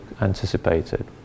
anticipated